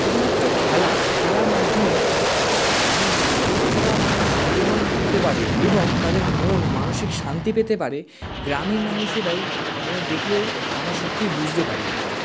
শুধুমাত্র খেলা খেলার মাধ্যমে মানুষ কতটা মানুষ বিনোদন হতে পারে এবং তাদের মন মানসিক শান্তি পেতে পারে গ্রামীণ মানুষেরাই যেন দেখলে আমরা সত্যিই বুঝতে পারি তা